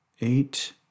Eight